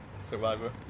survivor